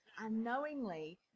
unknowingly